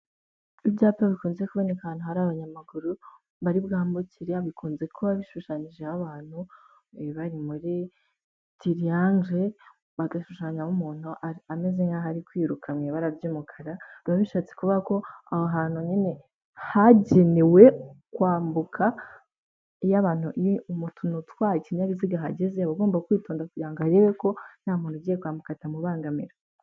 Ibyapa bikunze kuboneka ahantu hari abanyamaguru baribwambukire bikunze kuba bishushanyijeho abantu bari muri tiriyangere bagashushanyamo umuntu ameze nk'aho arikwiruka mu ibara ry'umukara. Biba bishatse kuvuga ko aho hantu nyine hagenewe kwambuka. Iyo abantu, iyo umuntu utwaye ikinyabiziga ahageze aba agomba kwitonda kugira ngo arebe ko nta muntu ugiye kwambuka atamubangamira.